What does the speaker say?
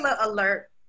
alert